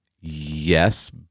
yes